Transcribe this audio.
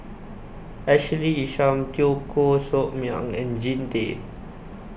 Ashley Isham Teo Koh Sock Miang and Jean Tay